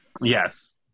Yes